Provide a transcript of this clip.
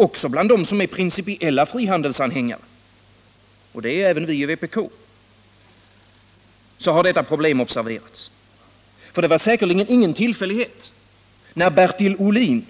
Också bland de principiella frihandelsanhängarna — och det är även vi i vpk — har detta problem observerats. Det var säkerligen ingen tillfällighet när Bertil Ohlin, den